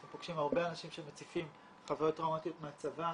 אנחנו פוגשים הרבה אנשים שמציפים חוויות טראומטיות מהצבא,